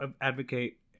advocate